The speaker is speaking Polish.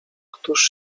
któż